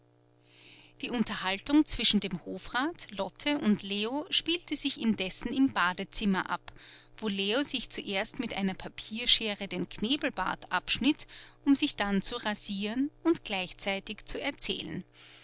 die unterhaltung zwischen dem hofrat lotte und leo spielte sich indessen im badezimmer ab wo leo sich zuerst mit einer papierschere den knebelbart abschnitt um sich dann zu rasieren und gleichzeitig zu erzählen